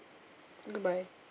goodbye